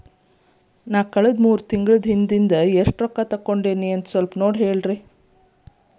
ನಾ ಹೋದ ಮೂರು ತಿಂಗಳದಾಗ ಎಷ್ಟು ರೊಕ್ಕಾ ತಕ್ಕೊಂಡೇನಿ ಅಂತ ಸಲ್ಪ ನೋಡ ಹೇಳ್ರಿ